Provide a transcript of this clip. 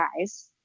guys